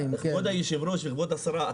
כבוד היושב-ראש וכבוד השרה,